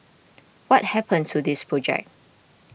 what happened to this project